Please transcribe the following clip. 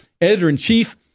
Editor-in-Chief